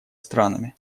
странами